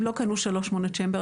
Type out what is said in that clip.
הם לא קנו שלושה מונוצ'יימבר.